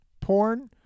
porn